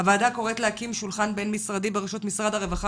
הוועדה קוראת להקים שולחן בין-משרדי בראשות משרד הרווחה